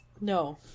No